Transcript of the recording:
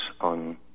on